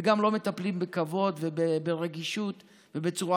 וגם לא מטפלים בכבוד וברגישות ובצורה